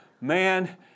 man